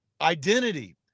Identity